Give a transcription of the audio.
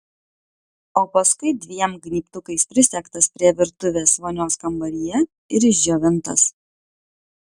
o paskui dviem gnybtukais prisegtas prie virtuvės vonios kambaryje ir išdžiovintas